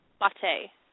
Latte